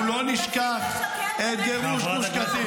אנחנו לא נשכח את גירוש גוש קטיף.